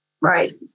Right